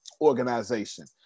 organization